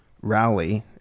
rally